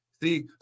See